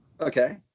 Okay